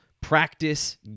practice